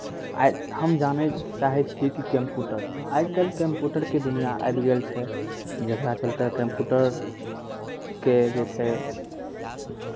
आइ हम जानै लए चाहै छियै कि कम्प्यूटर आइ काल्हि कम्प्यूटरके दुनिआँ आबि गेल छै जकरा चलते कम्प्यूटरके जे छै